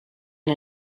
and